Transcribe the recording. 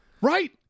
Right